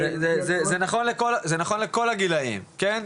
זה נכון לכל הגילאים, כן?